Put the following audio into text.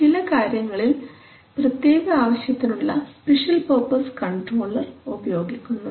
ചില കാര്യങ്ങളിൽ പ്രത്യേക ആവശ്യത്തിനുള്ള സ്പെഷ്യൽ പർപ്പസ് കൺട്രോളർ ഉപയോഗിക്കുന്നുണ്ട്